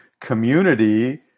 community